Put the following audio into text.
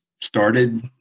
started